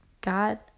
God